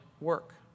work